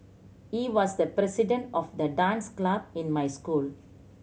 he was the president of the dance club in my school